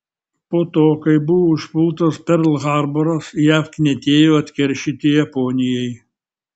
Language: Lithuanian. po to kai buvo užpultas perl harboras jav knietėjo atkeršyti japonijai